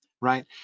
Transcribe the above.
right